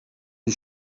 die